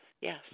Yes